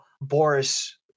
Boris